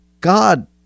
god